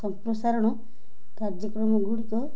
ସମ୍ପ୍ରସାରଣ କାର୍ଯ୍ୟକ୍ରମଗୁଡ଼ିକ